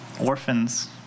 orphans